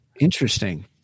Interesting